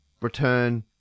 return